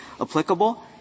applicable